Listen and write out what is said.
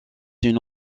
une